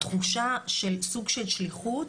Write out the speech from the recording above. והתחושה של סוג של שליחות